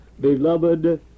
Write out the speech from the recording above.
beloved